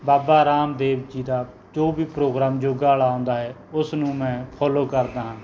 ਬਾਬਾ ਰਾਮਦੇਵ ਜੀ ਦਾ ਜੋ ਵੀ ਪ੍ਰੋਗਰਾਮ ਯੋਗਾ ਵਾਲਾ ਆਉਂਦਾ ਹੈ ਉਸ ਨੂੰ ਮੈਂ ਫੋਲੋ ਕਰਦਾ ਹਾਂ